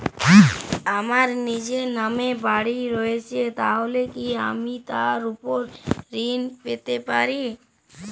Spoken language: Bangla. আমার নিজের নামে বাড়ী রয়েছে তাহলে কি আমি তার ওপর ঋণ পেতে পারি?